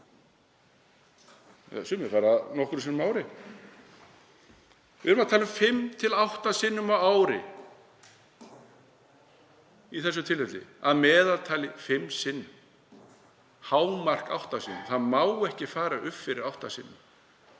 Sumir fara nokkrum sinnum á ári. Við erum að tala um fimm til átta sinnum á ári í þessu tilfelli, að meðaltali fimm sinnum, hámark átta sinnum, það má ekki fara upp fyrir átta skipti.